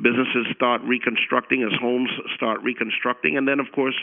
businesses start reconstructing, as homes start reconstructing. and then, of course,